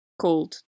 called